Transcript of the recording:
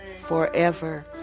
forever